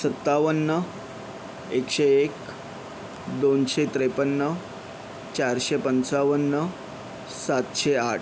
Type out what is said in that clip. सत्तावन्न एकशे एक दोनशे त्रेपन्न चारशे पंचावन्न सातशे आठ